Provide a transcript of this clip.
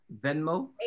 Venmo